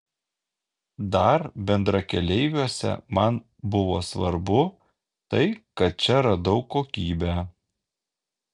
dar bendrakeleiviuose man buvo svarbu tai kad čia radau kokybę